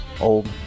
Old